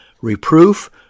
reproof